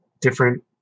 different